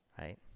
right